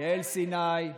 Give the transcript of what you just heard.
יעל סיני,